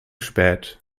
spät